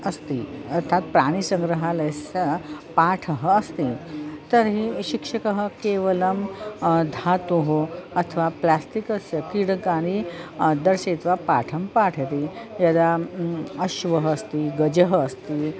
अस्ति अर्थात् प्राणीसङ्ग्रहालयस्य पाठः अस्ति तर्हि शिक्षकः केवलं धातोः अथवा प्लास्तिकस्य क्रीडकानि दर्शयित्वा पाठं पाठयति यदा अश्वः अस्ति गजः अस्ति